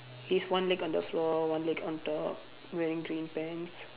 his one leg on the floor one leg on top wearing green pants